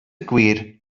gwir